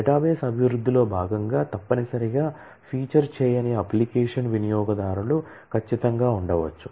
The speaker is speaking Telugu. డేటాబేస్ అభివృద్ధిలో భాగంగా తప్పనిసరిగా ఫీచర్ చేయని అప్లికేషన్ వినియోగదారులు ఖచ్చితంగా ఉండవచ్చు